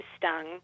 stung